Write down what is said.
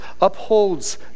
upholds